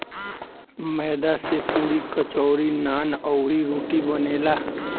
मैदा से पुड़ी, कचौड़ी, नान, अउरी, रोटी बनेला